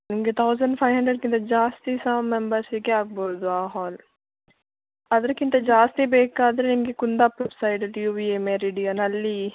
ನಿಮಗೆ thousand five ಹಂಡ್ರೆಡ್ಕ್ಕಿಂತ ಜಾಸ್ತಿ ಸಹ ಮೆಂಬರ್ಸಿಗೆ ಆಗ್ಬೋದು ಆ ಹಾಲ್ ಅದಕ್ಕಿಂತ ಜಾಸ್ತಿ ಬೇಕಾದರೆ ನಿಮಗೆ ಕುಂದಾಪುರ ಸೈಡಲ್ಲಿ ಯು ವಿ ಎ ಮೆರಿಡಿಯನ್ನಲ್ಲಿ